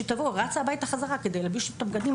היא רצה לבית בחזרה כדי להתלבש בבגדים